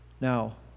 Now